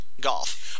Golf